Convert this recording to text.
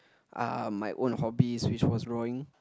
uh my own hobbies which was drawing